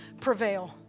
prevail